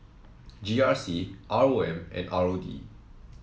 G R C R O M and R O D